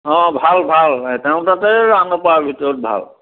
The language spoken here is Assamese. অঁ ভাল ভাল তেওঁৰ তাতে ৰাওনা পাৰাৰ ভিতৰত ভাল